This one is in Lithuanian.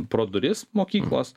pro duris mokyklos